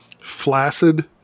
flaccid